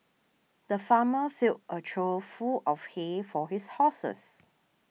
the farmer filled a trough full of hay for his horses